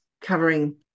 covering